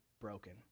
broken